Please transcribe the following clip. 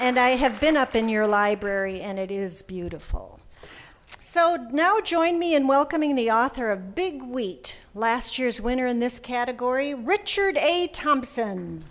and i have been up in your library and it is beautiful so did now join me in welcoming the author of big wheat last year's winner in this category richard a thompson